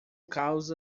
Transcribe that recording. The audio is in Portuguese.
causa